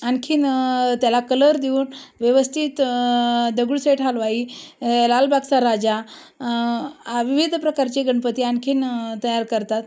आणखी त्याला कलर देऊन व्यवस्थित दगडूशेठ हलवाई लालबागचा राजा विविध प्रकारचे गणपती आणखी तयार करतात